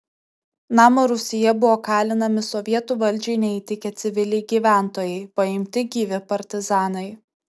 namo rūsyje buvo kalinami sovietų valdžiai neįtikę civiliai gyventojai paimti gyvi partizanai